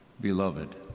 Beloved